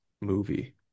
movie